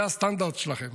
זה הסטנדרט שלכם.